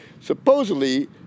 Supposedly